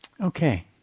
Okay